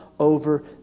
over